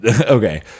Okay